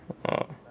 uh